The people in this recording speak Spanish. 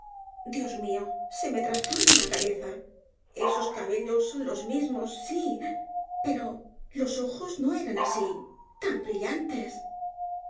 dios mío se me trastorna la cabeza esos cabellos son los mismos sí pero los ojos no eran así tan brillantes